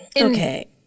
Okay